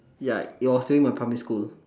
ya it was during my primary school